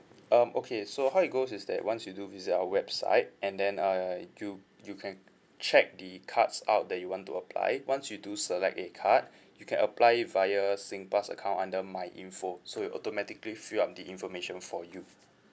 um okay so how it goes is that once you do visit our website and then uh you you can check the cards out that you want to apply once you do select a card you can apply it via Singpass account under MyInfo so it automatically fill up the information for you